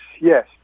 yes